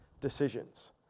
decisions